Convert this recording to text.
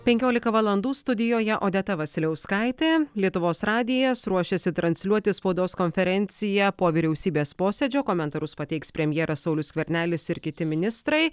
penkiolika valandų studijoje odeta vasiliauskaitė lietuvos radijas ruošiasi transliuoti spaudos konferenciją po vyriausybės posėdžio komentarus pateiks premjeras saulius skvernelis ir kiti ministrai